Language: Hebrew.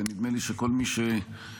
ונדמה לי שכל מי שנמצא,